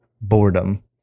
boredom